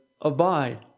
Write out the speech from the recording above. abide